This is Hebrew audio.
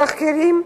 תחקירים,